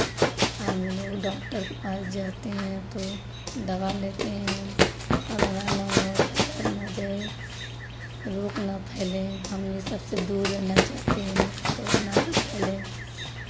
हम लोग डॉक्टर के पास जाते हैं तो दवा लेते हैं कोरोना ना हो फैला ना जाए रोग ना फैले हम ये सबसे दूर रहना चाहते हैं कि कोरोना ना फैले